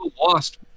lost